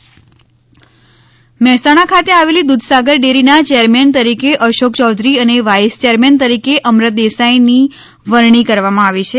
Mehsana Dudhsagar dairy Mehsana ખાતે આવેલી દૂધસાગર ડેરીના ચેરમેન તરીકે અશોક ચૌધરી અને વાઈસ ચેરમેન તરીકે અમરત દેસાઇની વરણી કરવામાં આવી છે